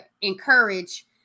encourage